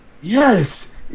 Yes